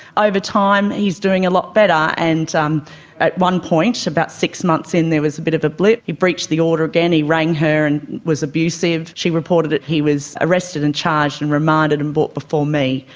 over time he is doing a lot better, and um at one point about six months in there was a bit of a blip, he breached the order again, he rang her and was abusive. she reported it, he was arrested and charged and remanded and brought before me.